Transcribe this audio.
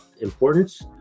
importance